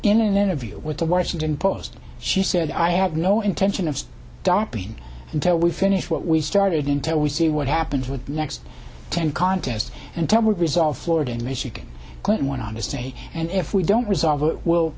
in an interview with the washington post she said i had no intention of dopping until we finish what we started into we see what happens with next ten contests and ten resolve florida and michigan clinton went on to say and if we don't resolve it w